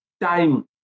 time